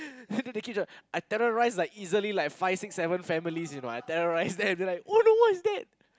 and do you the kids right I terrorize like easily like five six seven families you know I terrorize them they will be like oh no what's that